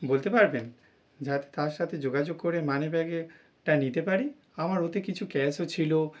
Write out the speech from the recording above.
বলতে পারবেন যাতে তার সাথে যোগাযোগ করে মানি ব্যাগটা নিতে পারি আমার ওতে কিছু ক্যাশও ছিল